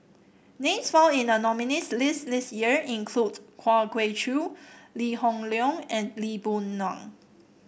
names found in the nominees' list this year include Kwa Geok Choo Lee Hoon Leong and Lee Boon Ngan